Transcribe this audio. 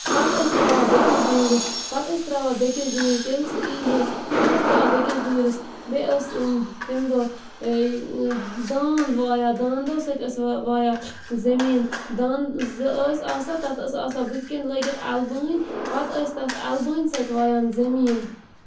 پَتہٕ ٲسۍ تراوان بیٚکِس ڈوٗرِس پَتہٕ ٲسۍ تراوان بیٚکِس ڈوٗرِس ییٚلہِ سُہ یی ہے پَتہٕ ٲسۍ تراوان بیٚکِس ڈوٗرِس بیٚیہِ ٲسۍ تمہِ دۄہ داند وایان داندو سۭتۍ ٲسۍ وایان زٔمیٖن دانٛد زٕ ٲسۍ آسان تَتھ ٲسۍ آسان بٔتھہِ کٔنۍ لٲگِتھ آلہٕ بٲنۍ پَتہٕ ٲسۍ تَتھ آلہٕ بانہِ سۭتۍ وایان زٔمیٖن